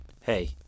hey